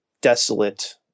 desolate